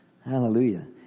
Hallelujah